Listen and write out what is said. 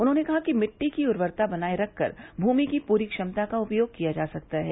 उन्होंने कहा कि मिट्टी की उर्वरकता बनाये रखकर भूमि की पूरी क्षमता का उपयोग किया जा सकता है